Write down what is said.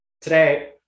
Today